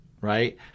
Right